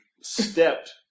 Stepped